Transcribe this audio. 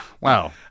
wow